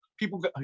People